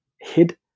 hid